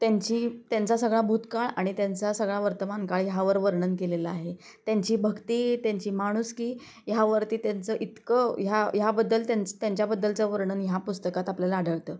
त्यांची त्यांचा सगळा भूतकाळ आणि त्यांचा सगळा वर्तमानकाळ ह्यांवर वर्णन केलेलं आहे त्यांची भक्ती त्यांची माणुसकी ह्यावरती त्यांचं इतकं ह्या ह्याबद्दल त्यांच् त्यांच्याबद्दलचं वर्णन ह्या पुस्तकात आपल्याला आढळतं